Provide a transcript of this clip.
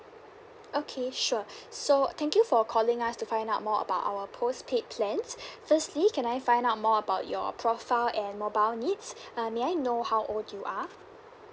okay sure so thank you for calling us to find out more about our postpaid plans firstly can I find out more about your profile and mobile needs uh may I know how old you are